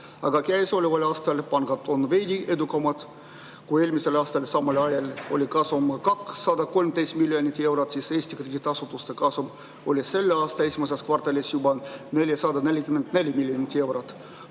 Käesoleval aastal on pangad veelgi edukamad. Kui eelmisel aastal samal ajal oli nende kasum 213 miljonit eurot, siis oli Eesti krediidiasutuste kasum selle aasta esimeses kvartalis juba 444 miljonit eurot.